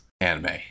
anime